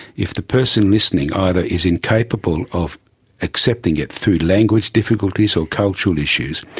if the person listening either is incapable of accepting it, through language difficulties or cultural issues,